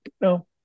no